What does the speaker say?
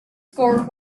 score